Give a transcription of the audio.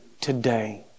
today